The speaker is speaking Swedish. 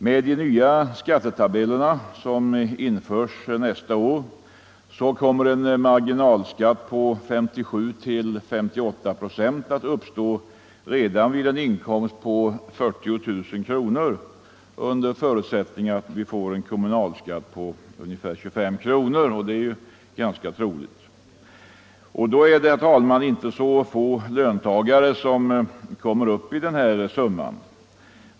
Med de nya skattetabeller som införs nästa år kommer en marginalskatt på 57 till 58 procent att uppstå redan vid en inkomst på 40 000 kronor under förutsättning att vi får en kommunalskatt på ungefär 25 kronor, och det. är ju ganska troligt. Inte så få löntagare kommer upp i den 191 här summan.